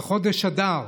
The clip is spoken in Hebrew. לחודש אדר.